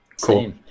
Cool